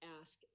ask